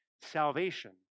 salvation